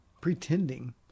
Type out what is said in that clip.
pretending